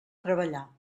treballar